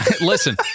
listen